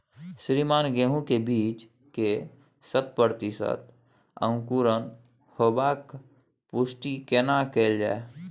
श्रीमान गेहूं के बीज के शत प्रतिसत अंकुरण होबाक पुष्टि केना कैल जाय?